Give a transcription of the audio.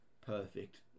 perfect